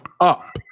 up